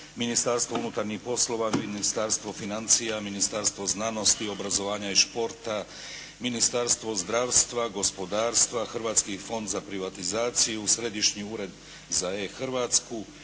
Ministarstvo unutarnjih poslova, Ministarstvo financija, Ministarstvo znanosti i obrazovanja i športa, Ministarstvo zdravstva, gospodarstva, Hrvatski fond za privatizaciju, Središnji ured za E-Hrvatsku,